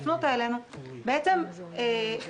בניגוד למבוטחים של קופות אחרות היום לא